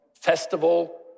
festival